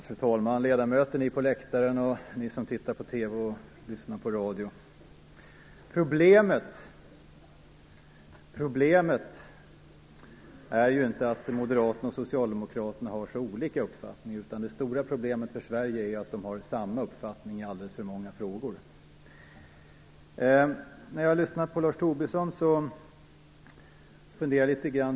Fru talman! Ledamöter, ni på läktaren, ni som tittar på TV och lyssnar på radio! Problemet är ju inte att Moderaterna och Socialdemokraterna har olika uppfattning. Det stora problemet för Sverige är att de har samma uppfattning i alldeles för många frågor. När jag lyssnar på Lars Tobisson funderar jag lite grand.